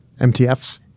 MTFs